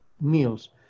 meals